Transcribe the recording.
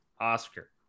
Oscar